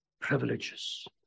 privileges